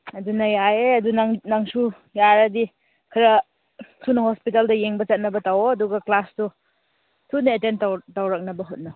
ꯑꯗꯨꯅ ꯌꯥꯏꯌꯦ ꯑꯗꯨ ꯅꯪꯁꯨ ꯌꯥꯔꯗꯤ ꯈꯔ ꯊꯨꯅ ꯍꯣꯁꯄꯤꯇꯥꯜꯗ ꯌꯦꯡꯕ ꯆꯠꯅꯕ ꯇꯧꯑꯣ ꯑꯗꯨꯒ ꯀ꯭ꯂꯥꯁꯇꯣ ꯊꯨꯅ ꯑꯦꯇꯦꯟ ꯇꯧꯔꯛꯅꯕ ꯍꯣꯠꯅꯧ